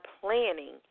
planning